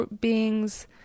beings